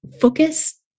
Focus